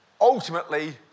ultimately